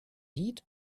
heat